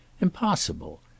Impossible